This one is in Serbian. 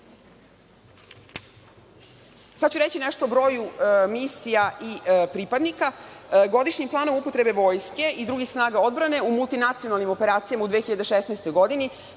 ću reći nešto o broju misija i pripadnika. Godišnjim planom upotrebe vojske i drugih snaga odbrane u drugim multinacionalnim operacijama u 2016. godini